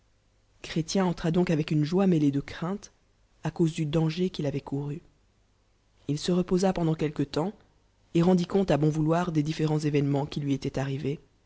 entra donc avec une joie mêlée de crainte à anse du danger qu'il avoit couru il se reposa pendant quelque temps et rendit compte à bon vouloirdesdifférenis évènements qui lui étaient arrivés